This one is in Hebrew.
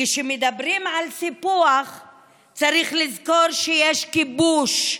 כשמדברים על סיפוח צריך לזכור שיש כיבוש.